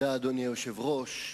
אדוני היושב-ראש,